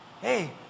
Hey